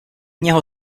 něho